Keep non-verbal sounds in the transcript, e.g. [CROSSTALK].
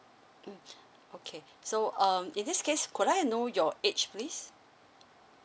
mm [BREATH] okay so um in this case could I know your age please